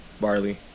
Barley